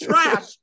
trash